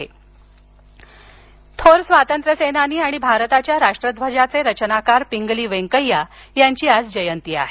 पिंगली व्यंकय्या थोर स्वातंत्र्य सेनानी आणि भारताच्या राष्ट्रध्वजाचे रचनाकार पिंगली व्यंकय्या यांची आज जयंती आहे